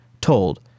told